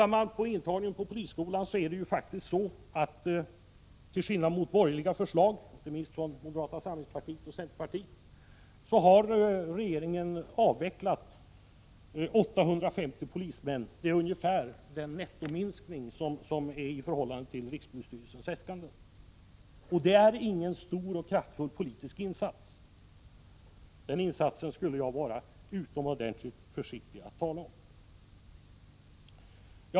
När det gäller intagningen till polisskolan har regeringen till skillnad mot vad vi borgerliga föreslagit — inte minst gäller detta moderata samlingspartiet och centerpartiet — avvecklat 850 polismän. Det är ungefär den nettominskning som sker i förhållande till rikspolisstyrelsens äskanden. Detta är ingen stor och kraftfull politisk insats. Denna insats skulle jag vara utomordentligt försiktig att tala om.